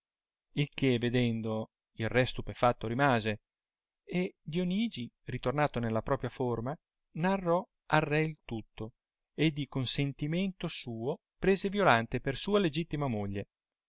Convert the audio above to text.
il che vedendo il re stupefatto rimase e dionigi ritornato nella propria forma narrò al re il tutto e di consentimento suo prese violante per sua legittima moglie